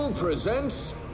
presents